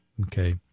Okay